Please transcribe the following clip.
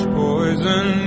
poison